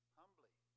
humbly